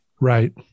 Right